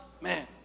man